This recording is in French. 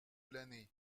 l’année